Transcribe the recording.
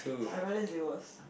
I realise it was